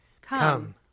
Come